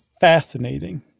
fascinating